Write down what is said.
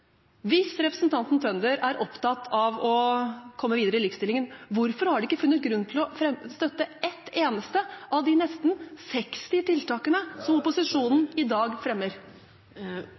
Hvis representanten Tønder er opptatt av å komme videre i likestillingen – hvorfor har man ikke funnet grunn til å støtte ett eneste av de nesten 60 tiltakene som opposisjonen i dag fremmer?